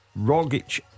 Rogic